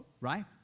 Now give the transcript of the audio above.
right